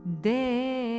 Day